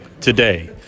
Today